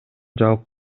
жабык